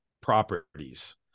properties